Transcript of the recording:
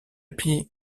pieds